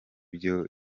byo